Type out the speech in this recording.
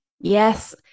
Yes